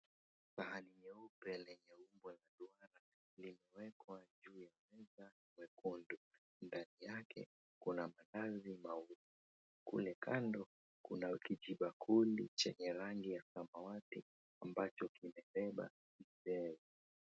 Sahani nyeupe lenye umbo la mviringo limewekwa juu ya meza nyekundu. Ndani yake kuna maandazi mawili kule kando kuna kiji bakuli chenye rangi ya samawati ambacho kimebeba kitheri.